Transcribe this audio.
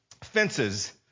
fences